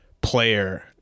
player